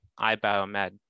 iBiomed